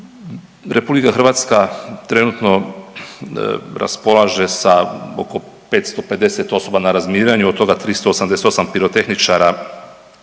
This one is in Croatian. sredstava. RH trenutno raspolaže sa oko 550 osoba na razminiranju, od toga 388 pirotehničara,